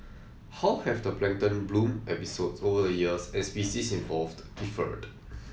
how have the plankton bloom episodes over the years and species involved differed